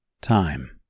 Time